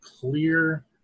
clear